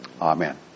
amen